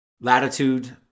latitude